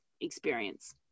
experience